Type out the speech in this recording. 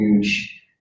huge